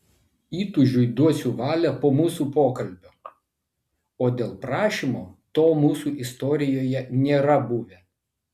įtūžiui duosiu valią po mūsų pokalbio o dėl prašymo to mūsų istorijoje nėra buvę